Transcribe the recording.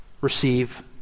receive